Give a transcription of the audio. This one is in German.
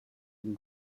dem